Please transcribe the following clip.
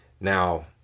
Now